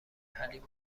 حلیم